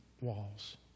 walls